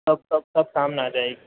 तब सब सामने आ जाएगी